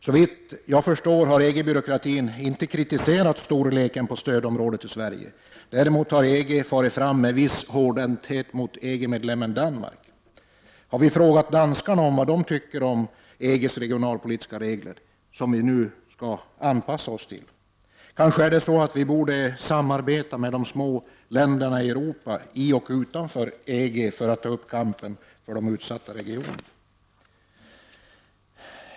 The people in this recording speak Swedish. Såvitt jag förstår har EG-byråkratin inte kritiserat storleken på stödområdet i Sverige. Däremot har EG farit fram ganska hårdhänt mot EG-medlemmen Danmark. Har vi frågat danskarna vad de tycker om EGs regionalpolitiska regler, vilka vi nu skall anpassa oss till? Vi borde kanske samarbeta med de små länderna i Europa — både inom och utanför EG — för att kunna ta upp kampen för utsatta regioner.